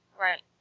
Right